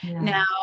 Now